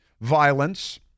violence